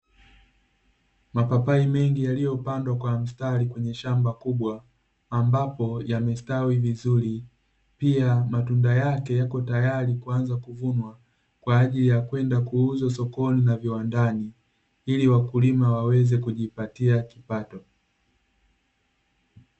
Mapapai mengi yaliyopandwa kwa mstari kwenye shamba kubwa, ambapo yamesitawi vizuri. Pia, matunda yake yako tayari kuanza kuvunwa kwa ajili ya kwenda kuuzwa sokoni na viwandani, ili wakulima waweze kujipatia kipato.